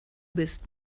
bist